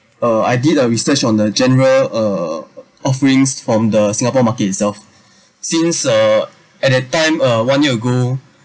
uh I did a research on the general uh offerings from the singapore market itself since uh at that time uh one year ago